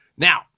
Now